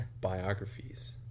biographies